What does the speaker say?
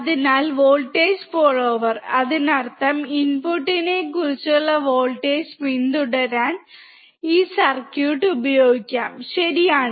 അതിനാൽ voltage follower അതിനർത്ഥം ഇൻപുട്ടിനെക്കുറിച്ചുള്ള വോൾട്ടേജ് പിന്തുടരാൻ ഈ സർക്യൂട്ട് ഉപയോഗിക്കാം ശരിയാണ്